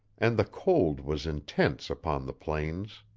and the cold was intense upon the plains.